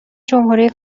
جمهوری